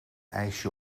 ijsje